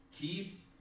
Keep